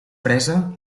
presa